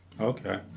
Okay